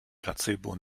placebo